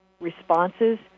responses